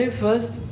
first